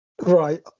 Right